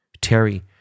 Terry